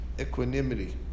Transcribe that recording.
equanimity